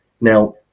now